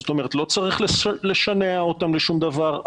זאת אומרת לא צריך לשנע אותם לשום דבר,